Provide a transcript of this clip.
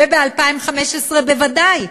וב-2015 בוודאי.